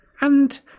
And